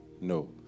No